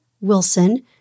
Wilson